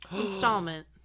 installment